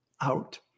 out